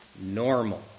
normal